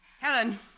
Helen